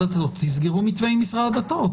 הדתות אז תסגרו מתווה עם משרד הדתות,